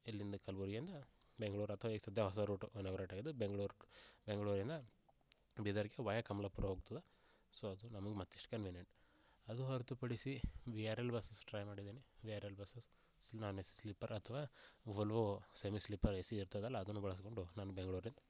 ಇಲ್ಲಿಂದ ಕಲ್ಬುರ್ಗಿಯಿಂದ ಬೆಂಗಳೂರು ಅಥ್ವ ಈಗ ಸಧ್ಯ ಹೊಸ ರೂಟು ಇನಾಗ್ರೇಟ್ ಆಗಿದ್ದು ಬೆಂಗಳೂರ್ ಬೆಂಗಳೂರಿಂದ ಬೀದರಿಗೆ ವಯ ಕಮ್ಲಪುರ ಹೋಗ್ತದ ಸೋ ನಮ್ಗೆ ಮತ್ತು ಅಷ್ಟು ಕನ್ವಿನಿಯೆಂಟ್ ಅದು ಹೊರತುಪಡಿಸಿ V R L bus try ಮಾಡಿದ್ದಿನಿ V R L bus non AC sleeper ಅಥ್ವ ವೋಲ್ವೊ ಸೆಮಿ ಸ್ಲೀಪರ್ ಎಸಿ ಇರ್ತದಲ್ಲ ಅದನ್ನು ಬಳಸ್ಕೊಂಡು ನಾನು ಬೆಂಗ್ಳೂರಲಿಂದ